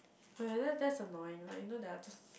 uh yeah that that's annoying like you know they are just